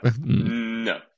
no